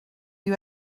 you